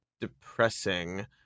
depressing